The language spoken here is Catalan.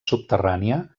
subterrània